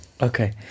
Okay